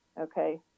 Okay